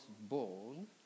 born